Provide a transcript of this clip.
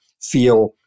feel